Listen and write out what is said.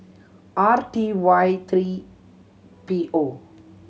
R T Y three P O